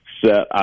set